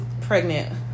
pregnant